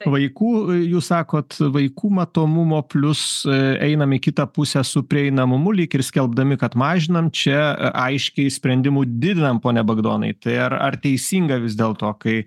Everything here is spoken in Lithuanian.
vaikų jūs sakot vaikų matomumo plius einam į kitą pusę su prieinamumu lyg ir skelbdami kad mažinant čia aiškiai sprendimų didinam pone bagdonai tai ar ar teisinga vis dėlto kai